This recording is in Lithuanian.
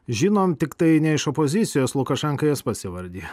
žinom tiktai ne iš opozicijos lukašenka jas pats įvardija